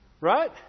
Right